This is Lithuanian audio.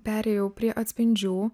perėjau prie atspindžių